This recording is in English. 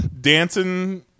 Dancing